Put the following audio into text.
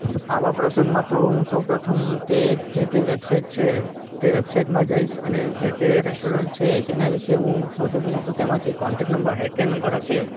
આવા પ્રસંગમાં તો હું સૌ પ્રથમ તે જે તે વૅબસાઈટ છે તે વૅબસાઈટમાં જઈશ અને જે તે રૅસ્ટોરેન્ટ છે તેના વિષે હું સૌથી પહેલાં તો તેમાંથી કૉન્ટેક્ટ નંબર હૅલ્પલાઇન નંબર હશે